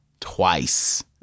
Twice